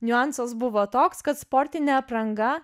niuansas buvo toks kad sportinė apranga